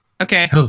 Okay